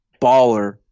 baller